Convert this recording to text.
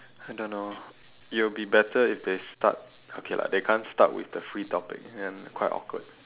I don't know it'll be better if they start okay lah they can't start with the free topic then quite awkward